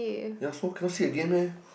yea so classy again meh